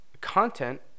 content